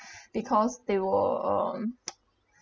because they were um